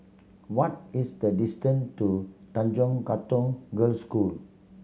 what is the distance to Tanjong Katong Girls' School